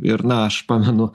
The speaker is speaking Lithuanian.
ir na aš pamenu